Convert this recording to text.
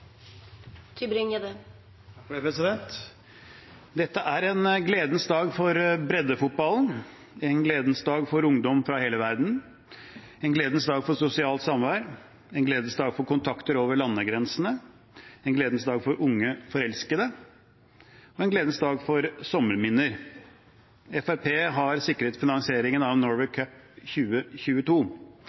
en gledens dag for breddefotballen, en gledens dag for ungdom fra hele verden, en gledens dag for sosialt samvær, en gledens dag for kontakter over landegrensene, en gledens dag for unge forelskede og en gledens dag for sommerminner. Fremskrittspartiet har sikret finansieringen av Norway Cup 2022.